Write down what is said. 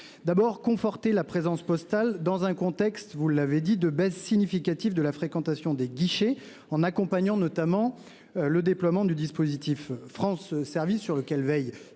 souhaité conforter la présence postale dans un contexte- vous l'avez souligné -de baisse significative de la fréquentation des guichets, en accompagnant notamment le déploiement du dispositif France Services, sur lequel veille